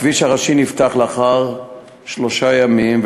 הכביש הראשי נפתח לאחר שלושה ימים,